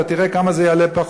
אתה תראה כמה פחות זה יעלה.